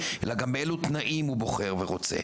אלא גם באלו תנאים הוא בוחר ורוצה?